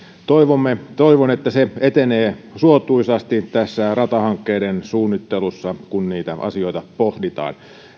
toivon että se etenee suotuisasti tässä ratahankkeiden suunnittelussa kun niitä asioita pohditaan